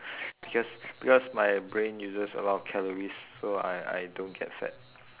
because because my brain uses a lot of calories so I I don't get fat